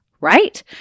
right